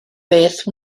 beth